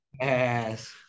Yes